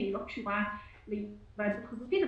היא לא קשורה להיוועדות חזותית,